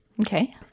okay